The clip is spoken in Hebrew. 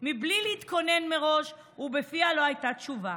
בלי להתכונן מראש ובפיה לא הייתה תשובה.